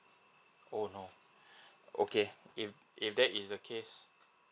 oh no okay if if that is the case